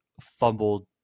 fumbled